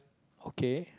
okay